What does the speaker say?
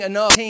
Enough